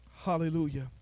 Hallelujah